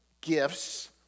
gifts